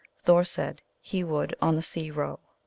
thor said he would on the sea row.